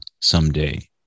someday